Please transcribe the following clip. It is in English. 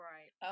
Right